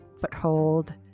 foothold